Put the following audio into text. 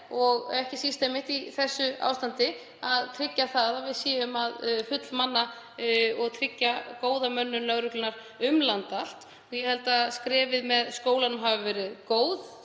og ekki síst einmitt í þessu ástandi að tryggja að við séum að fullmanna og tryggja góða mönnun lögreglunnar um land allt. Ég held að skrefið með skólanum hafi verið gott.